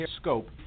scope